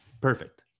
Perfect